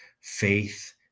faith